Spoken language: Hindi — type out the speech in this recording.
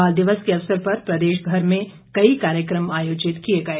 बाल दिवस के अवसर पर प्रदेश भर में कई कार्यक्रम आयोजित किए गए